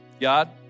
God